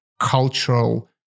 cultural